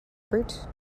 brute